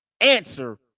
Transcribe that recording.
answer